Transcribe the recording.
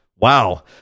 wow